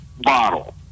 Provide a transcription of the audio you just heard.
bottle